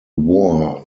war